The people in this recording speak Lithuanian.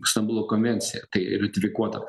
stambulo konvencija tai ratifikuota